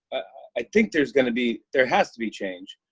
i think there's going to be there has to be change.